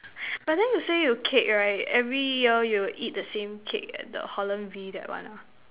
but then you say you cake right every year you will eat the same cake at the Holland V that one ah